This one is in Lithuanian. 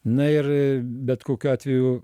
na ir bet kokiu atveju